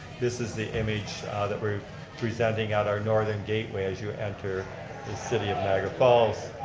this is the image that we're presenting on our northern gateway as you enter the city of niagara falls.